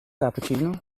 cappuccino